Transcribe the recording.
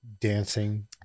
dancing